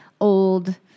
old